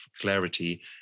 clarity